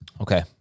Okay